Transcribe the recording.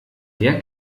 der